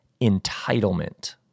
entitlement